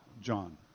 John